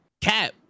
cap